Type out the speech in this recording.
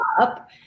up